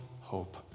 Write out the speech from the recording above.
hope